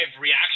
reaction